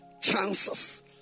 chances